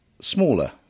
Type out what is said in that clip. smaller